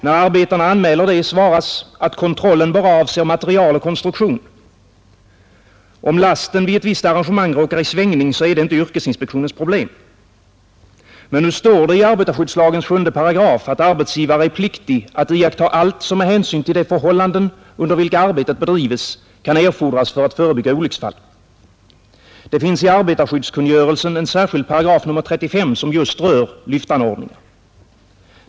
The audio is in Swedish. När arbetarna anmäler detta svaras, att kontrollen bara avser material och konstruktion. Om lasten vid ett visst arrangemang råkar i svängning, är det inte yrkesinspektionens problem. Det står emellertid i arbetarskyddslagens 7 § att arbetsgivare är pliktig att iaktta allt som med hänsyn till de förhållanden under vilka arbetet bedrives kan erfordras för att förebygga olycksfall. Det finns i arbetarskyddskungörelsen en särskild paragraf — 35 §— som just rör 17 lyftanordningar.